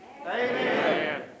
Amen